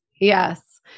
Yes